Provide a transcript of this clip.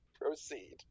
Proceed